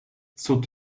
cud